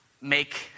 make